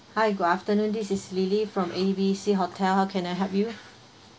hi good afternoon this is lily from A B C hotel how can I help you